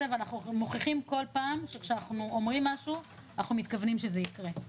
ואנחנו מוכיחים כל פעם שכשאנחנו אומרים משהו אנחנו מתכוונים שזה יקרה.